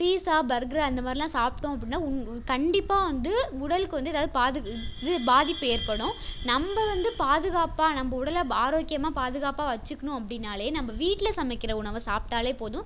pizza burger அந்த மாதிரில்லாம் சாப்பிட்டோம் அப்படின்னா உன் கண்டிப்பாக வந்து உடலுக்கு வந்து ஏதாவது பாது இது பாதிப்பு ஏற்படும் நம்ம வந்து பாதுகாப்பாக நம்ம உடல் ஆரோக்கியமாக பாதுகாப்பாக வச்சுக்கணும் அப்படின்னாலே நம்ம வீட்டில் சமைக்கிற உணவை சாப்பிட்டாலே போதும்